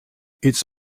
its